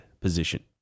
position